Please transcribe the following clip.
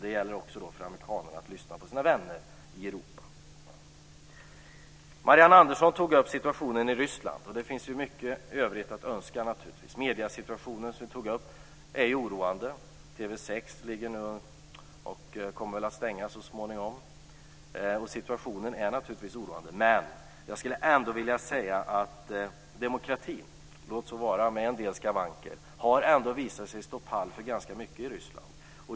Det gäller också för amerikanarna att lyssna på sina vänner i Marianne Andersson tog upp situationen i Ryssland, och där finns mycket övrigt att önska. Mediesituationen är oroande. TV 6 kommer väl att stängas så småningom. Men demokratin - låt så vara med en del skavanker - har ändå visat sig stå pall för ganska mycket i Ryssland.